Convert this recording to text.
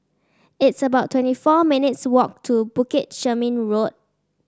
it's about twenty four minutes' walk to Bukit Chermin Road